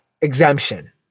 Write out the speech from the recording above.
exemption